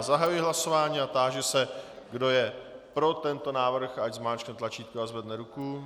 Zahajuji hlasování a táži se, kdo je pro tento návrh, ať zmáčkne tlačítko a zvedne ruku.